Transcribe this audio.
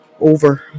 over